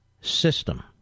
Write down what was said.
system